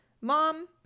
Mom